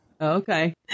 okay